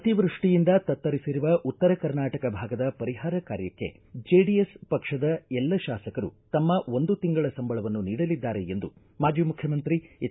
ಅತಿವೃಷ್ಟಿಯಿಂದ ತತ್ತರಿಸಿರುವ ಉತ್ತರ ಕರ್ನಾಟಕ ಭಾಗದ ಪರಿಹಾರ ಕಾರ್ಯಕ್ಕೆ ಜೆಡಿಎಸ್ ಪಕ್ಷದ ಎಲ್ಲ ಶಾಸಕರು ತಮ್ಮ ಒಂದು ತಿಂಗಳ ಸಂಬಳವನ್ನು ನೀಡಲಿದ್ದಾರೆ ಎಂದು ಮಾಜಿ ಮುಖ್ಯಮಂತ್ರಿ ಎಚ್